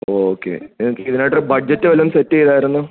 okay നിങ്ങൾക്ക് ഇതിനായിട്ട് ഒരു ബഡ്ജറ്റ് വല്ലതും സെറ്റ് ചെയ്തിരുന്നോ